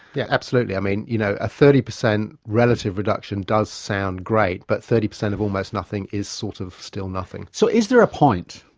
yeah absolutely. um and you know, a thirty percent relative reduction does sound great, but thirty percent of almost nothing is sort of still nothing. so is there a point,